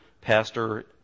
pastor